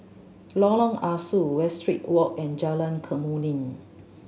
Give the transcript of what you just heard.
Lorong Ah Soo Westridge Walk and Jalan Kemuning